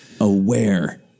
aware